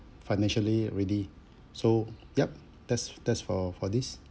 financially ready so yup that's that's for for this